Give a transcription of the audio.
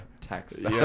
text